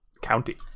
County